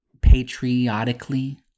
patriotically